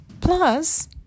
plus